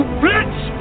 bitch